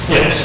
Yes